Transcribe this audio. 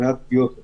פגיעות בכדורים.